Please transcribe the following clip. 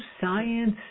science